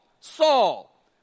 Saul